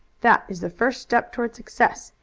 that is the first step toward success!